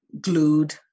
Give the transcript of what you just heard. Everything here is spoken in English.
glued